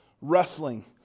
wrestling